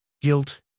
guilt